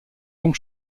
donc